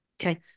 Okay